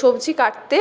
সবজি কাটতে